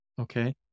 Okay